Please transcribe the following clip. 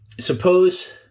suppose